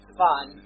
fun